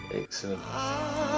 excellent